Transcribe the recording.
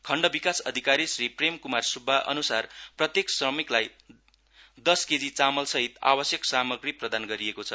खण्ड विकास अधिकारी श्री प्रेम क्मार स्ब्बा अनुसार प्रत्येक श्रमिकलाई दश केजी चामलसहित आवश्यक सामाग्री प्रदान गरिएको छ